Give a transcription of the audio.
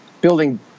building